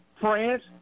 France